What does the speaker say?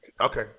okay